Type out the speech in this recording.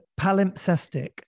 palimpsestic